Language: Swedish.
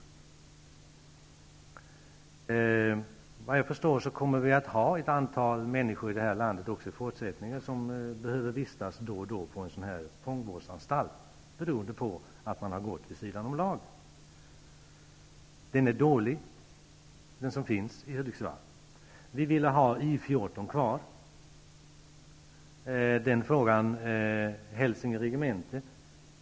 Såvitt jag förstår kommer det även i fortsättningen att finnas ett antal människor i det här landet som då och då behöver vistas på en fångvårdsanstalt beroende på att de har gått vid sidan om lagen. Den fångvårdsanstalt som finns i Hudiksvall är dålig. Vi vill ha I 14, Hälsinge regemente, kvar.